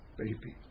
baby